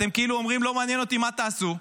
אתם כאילו אומרים: לא מעניין אותי מה תעשו,